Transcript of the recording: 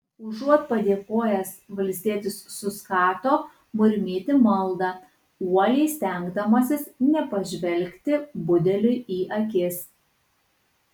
užuot padėkojęs valstietis suskato murmėti maldą uoliai stengdamasis nepažvelgti budeliui į akis